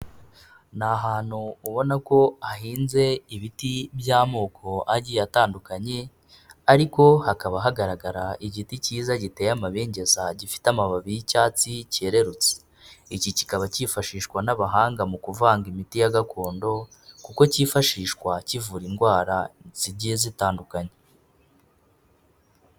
Ni ahantu ubona ko hahinze ibiti by'amoko agiye atandukanye ariko hakaba hagaragara igiti cyiza giteye amabengeza, gifite amababi y'icyatsi, cyererutse. Iki kikaba cyifashishwa n'abahanga mu kuvanga imiti ya gakondo kuko cyifashishwa kivura indwara zigiye zitandukanye.